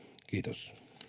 kiitos